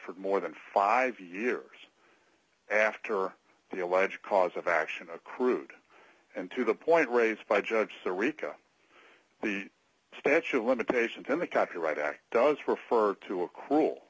for more than five years after the alleged cause of action accrued and to the point raised by judge sirica the statute of limitations in the copyright act does refer to a cruel